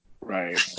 right